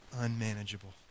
unmanageable